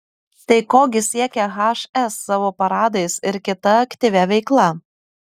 tai ko gi siekia hs savo paradais ir kita aktyvia veikla